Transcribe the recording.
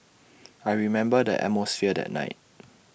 I remember the atmosphere that night